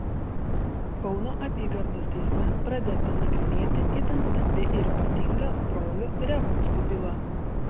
kauno apygardos teisme pradėta nagrinėti itin stambi ir ypatinga brolių revuckų byla